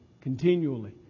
continually